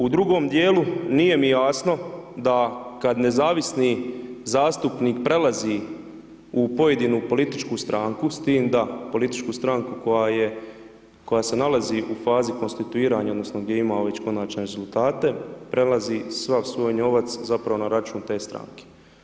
U drugom dijelu nije mi jasno da kad nezavisni zastupnik prelazi u pojedinu političku stranku s tim da političku stranku koja se nalazi u fazi konstituiranja odnosno gdje je imao već konačne rezultate, prelazi sav svoj novac zapravo na račun te stranke.